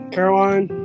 Caroline